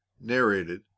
narrated